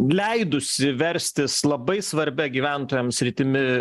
leidusi verstis labai svarbia gyventojam sritimi